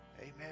Amen